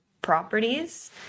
properties